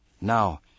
Now